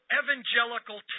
evangelical